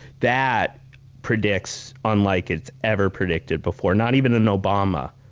that predicts unlike it's ever predicted before, not even in obama.